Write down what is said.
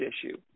issue